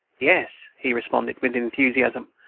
yes, he responded with enthusiasm.